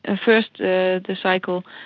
ah first the the cycle,